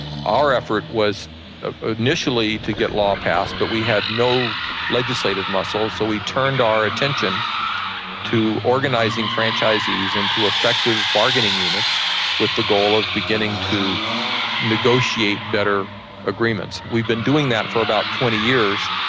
our effort was initially to get law passed but we had no legislative muscle, so we turned our attention to organising franchisees and to effective bargaining units with the goal of beginning to negotiate better agreements. we've been doing that for about twenty years,